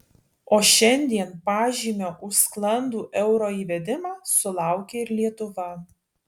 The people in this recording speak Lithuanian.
o šiandien pažymio už sklandų euro įvedimą sulaukė ir lietuva